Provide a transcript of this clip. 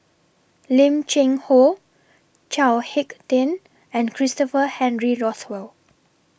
Lim Cheng Hoe Chao Hick Tin and Christopher Henry Rothwell